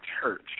church